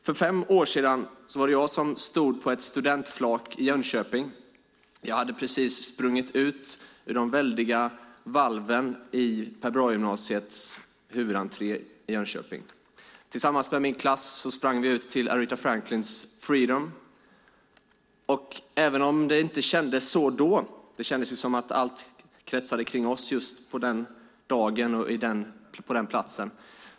För fem år sedan var det jag som stod på ett studentflak i Jönköping. Jag hade precis sprungit ut ur de väldiga valven vid Per Brahe-gymnasiets huvudentré i Jönköping. Tillsammans med min klass sprang vi ut till Aretha Franklins "freedom". Det kändes som om allt kretsade kring oss just den dagen och på den platsen.